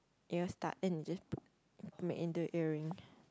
ear stud then you just put make into earring